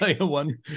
one